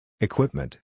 Equipment